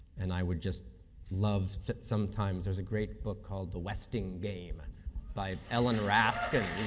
and i would just love sometimes is a great book called the westing game by ellen raskin.